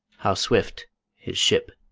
how swift his ship.